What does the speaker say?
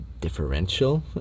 differential